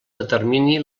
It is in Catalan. determini